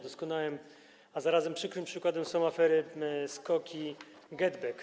Doskonałym, a zarazem przykrym przykładem są afery SKOK, GetBack.